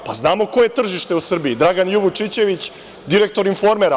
Pa, znamo ko je tržište u Srbiji, Dragan J. Vučićević, direktor „Informera“